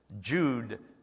Jude